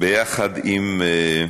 יחד עם,